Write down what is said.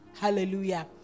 Hallelujah